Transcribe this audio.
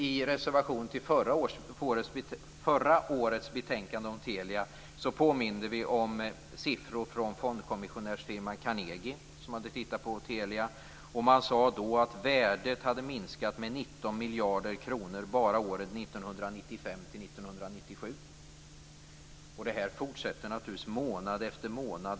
I en reservation till förra årets betänkande om Telia påminde vi om siffror från fondkommissionärsfirman Carnegie, som hade tittat på Telia. Man sade då att värdet hade minskat med 19 miljarder kronor bara under åren 1995-1997. Det här fortsätter naturligtvis månad efter månad.